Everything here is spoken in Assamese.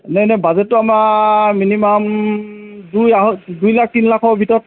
এনেই বাজেটটো আমাৰ মিনিমাম দুই আঢ়ৈ দুই লাখ তিনি লাখৰ ভিতৰত